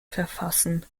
verfassen